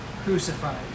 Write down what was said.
crucified